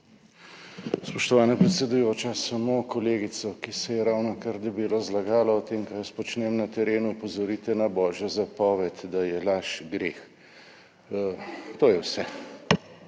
Spoštovana predsedujoča, samo kolegico, ki se je ravnokar debelo zlagala o tem, kar jaz počnem na terenu, opozorite na božjo zapoved, da je laž greh. To je vse.